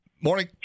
Morning